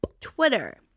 Twitter